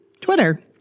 Twitter